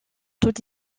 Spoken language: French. toutes